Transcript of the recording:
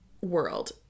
world